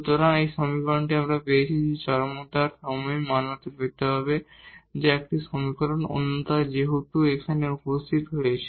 সুতরাং এই সমীকরণটি আমরা পেয়েছি যেটি চরমতার সময়ে মান্যতা পেতে হবে যা একটি সমীকরণ অন্যটি যেহেতু এখানে উপস্থিত হয়েছে